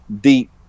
deep